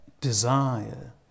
desire